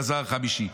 אלעזר החמישי.